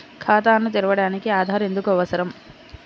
ఖాతాను తెరవడానికి ఆధార్ ఎందుకు అవసరం?